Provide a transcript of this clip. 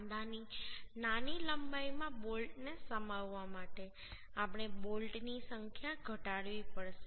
સાંધાની નાની લંબાઈમાં બોલ્ટને સમાવવા માટે આપણે બોલ્ટની સંખ્યા ઘટાડવી પડશે